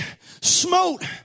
smote